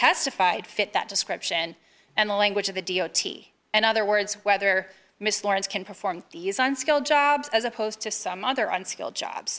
testified fit that description and the language of the d o t and other words whether miss lawrence can perform these unskilled jobs as opposed to some other unskilled jobs